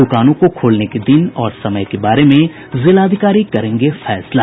दुकानों को खोलने के दिन और समय के बारे में जिलाधिकारी करेंगे फैसला